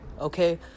okay